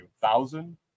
Thousand